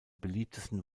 beliebtesten